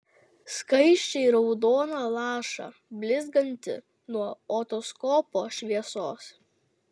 skaisčiai raudoną lašą blizgantį nuo otoskopo šviesos